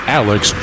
alex